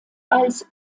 als